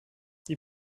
die